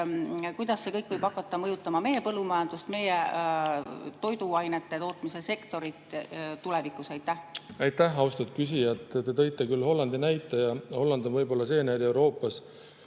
kuidas see kõik võib hakata mõjutama meie põllumajandust, meie toiduainete tootmise sektorit tulevikus? Aitäh, austatud küsija! Te tõite Hollandi näite. Holland on võib-olla see riik Euroopas,